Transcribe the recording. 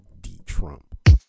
D-Trump